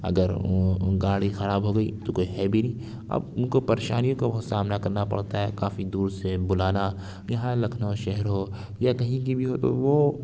اگر گاڑی خراب ہوگئی تو کوئی ہے بھی نہیں اب ان کو پریشانی کا بہت سامنا کرنا پڑتا ہے کافی دور سے بلانا کہ ہاں لکھنؤ شہر ہو یا کہیں کی بھی ہو تو وہ